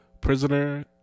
prisoner